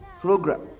program